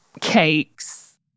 cakes